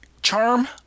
charm